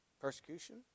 Persecution